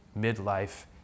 midlife